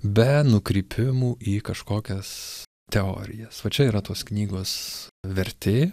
be nukrypimų į kažkokias teorijas va čia yra tos knygos vertė